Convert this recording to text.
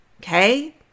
Okay